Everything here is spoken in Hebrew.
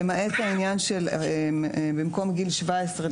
למעט העניין של במקום גיל 17,